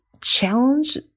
challenge